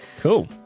Cool